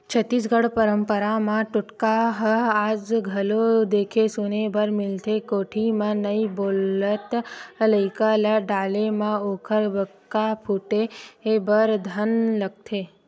छत्तीसगढ़ी पंरपरा म टोटका ह आज घलोक देखे सुने बर मिलथे कोठी म नइ बोलत लइका ल डाले म ओखर बक्का फूटे बर धर लेथे